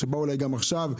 ובאו אליי גם עכשיו,